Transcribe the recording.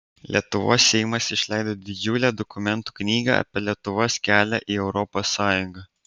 lietuvos seimas išleido didžiulę dokumentų knygą apie lietuvos kelią į europos sąjungą